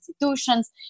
institutions